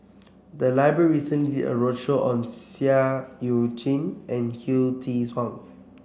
the library recently a roadshow on Seah Eu Chin and Hsu Tse Kwang